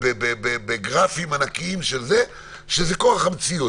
ובגרפים ענקיים שזה כורח המציאות.